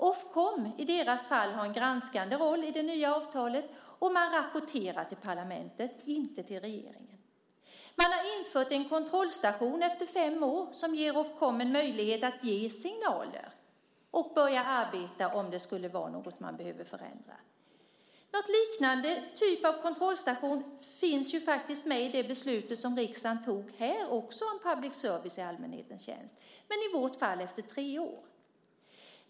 Ofcom - i deras fall - har en granskande roll i det nya avtalet och man rapporterar till parlamentet, inte till regeringen. Man har infört en kontrollstation efter fem år som ger Ofcom möjlighet att ge signaler och börja arbeta om det är något som man behöver förändra. En liknande typ av kontrollstation finns faktiskt med i det beslut som riksdagen tog om public service i allmänhetens tjänst, men i vårt fall efter tre år.